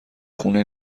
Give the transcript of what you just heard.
خونه